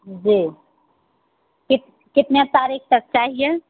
जी कित कितने तारीख तक चाहिए